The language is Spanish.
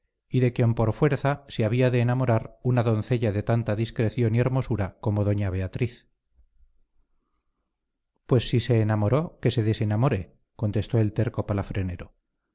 y de quien por fuerza se había de enamorar una doncella de tanta discreción y hermosura como doña beatriz pues si se enamoró que se desenamore contestó el terco